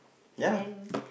and then